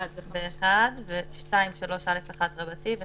וב-(2) 3א(1) ו-5(ב).